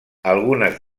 algunas